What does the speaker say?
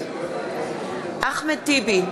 אחמד טיבי,